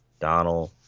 Donald